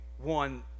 one